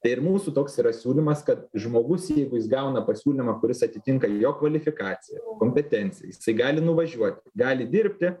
tai ir mūsų toks yra siūlymas kad žmogus jeigu jis gauna pasiūlymą kuris atitinka jo kvalifikaciją kompetenciją jisai gali nuvažiuoti gali dirbti